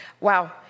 Wow